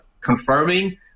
confirming